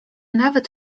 nawet